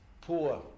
poor